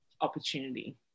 opportunity